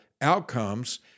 outcomes